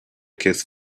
kiss